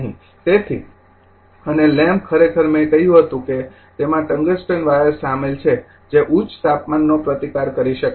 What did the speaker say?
તેથી અને લેમ્પ ખરેખર મેં કહ્યું હતું કે તેમાં ટંગસ્ટન વાયર શામેલ છે જે તે ઉચ્ચ તાપમાનનો પ્રતિકાર કરી શકે છે